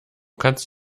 kannst